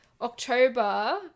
October –